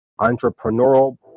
entrepreneurial